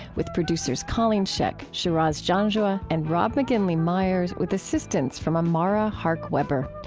with producers colleen scheck, shiraz janjua, and rob mcginley myers, with assistance from amara hark-weber.